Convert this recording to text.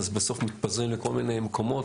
בסוף מתפזרים לכל מיני מקומות